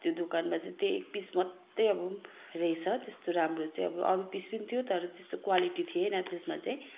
त्यो दोकानमा चाहिँ त्यही एक पिस मात्र अब रहेछ त्यस्तो राम्रो चाहिँ अब अरू पिस पनि थियो तर त्यस्तो क्वालिटी थिएन त्यसमा चाहिँ